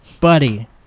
buddy